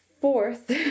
fourth